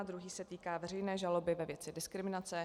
Druhý se týká veřejné žaloby ve věci diskriminace.